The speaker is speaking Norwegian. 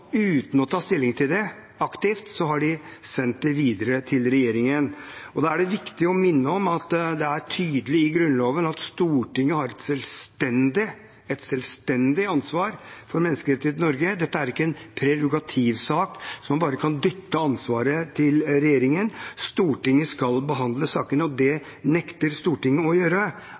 har de sendt det videre til regjeringen. Da er det viktig å minne om at det er tydelig i Grunnloven at Stortinget har et selvstendig ansvar for menneskerettighetene i Norge – et selvstendig ansvar. Dette er ikke en prerogativsak, der man bare kan dytte ansvaret over på regjeringen. Stortinget skal behandle sakene. Det nekter Stortinget å gjøre